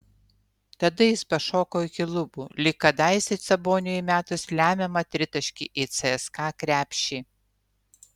tada jis pašoko iki lubų lyg kadaise saboniui įmetus lemiamą tritaškį į cska krepšį